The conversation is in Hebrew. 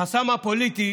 החסם הפוליטי